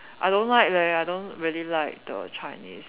I don't leh I don't really like the Chinese